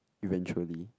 eventually